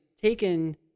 taken